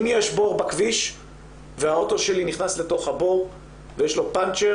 אם יש בור בכביש והרכב שלי נכנס לבור ויש לי פנצ'ר